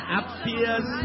appears